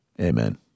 Amen